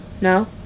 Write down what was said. No